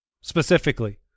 specifically